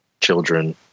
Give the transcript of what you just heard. children